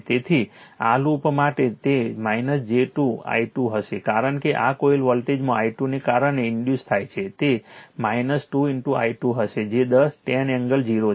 તેથી આ લૂપ માટે તે j 2 i2 હશે કારણ કે આ કોઇલ વોલ્ટેજમાં i2 ને કારણે ઇન્ડ્યુસ થાય છે તે j 2 i2 હશે જે 10 એંગલ 0 છે